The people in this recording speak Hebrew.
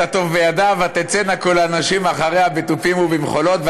את התף בידה ותצאןָ כל הנשים אחריה בתֻפים ובמחֹלֹת.